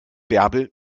bärbel